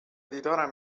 دیدارم